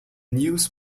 news